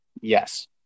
Yes